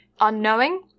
unknowing